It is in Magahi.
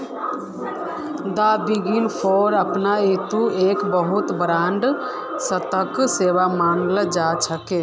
द बिग फोर अपने बितु एक बहुत बडका स्तरेर सेवा मानाल जा छेक